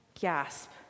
gasp